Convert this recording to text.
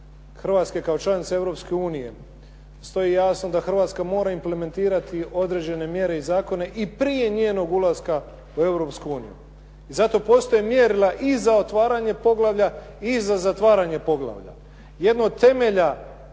Hrvatske kao članice Europske unije stoji jasan da Hrvatska mora implementirati određene mjere i zakone i prije njenog ulaska u Europsku uniju. I zato postoje mjerila i za otvaranje poglavlja i za zatvaranje poglavlja. Jedno od temeljnih